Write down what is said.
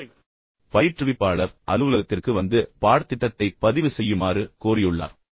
நிலைமையைப் பாருங்கள் சஞ்சய் பயிற்றுவிப்பாளர் அலுவலகத்திற்கு வந்து பாடத்திட்டத்தைப் பதிவு செய்யுமாறு கோரியுள்ளார்